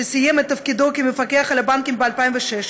שסיים את תפקידו כמפקח על הבנקים ב-2006,